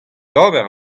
d’ober